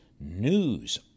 news